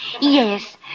Yes